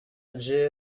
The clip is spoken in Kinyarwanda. adjei